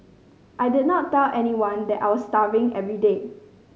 I did not tell anyone that I was starving every day